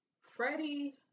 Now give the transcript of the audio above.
Freddie